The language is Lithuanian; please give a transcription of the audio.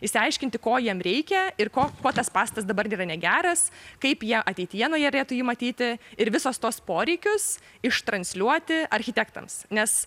išsiaiškinti ko jiems reikia ir ko kuo tas pastatas dabar yra negeras kaip jie ateityje norėtų jį matyti ir visos tos poreikius iš transliuoti architektams nes